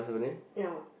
no